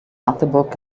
magdeburg